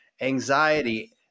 anxiety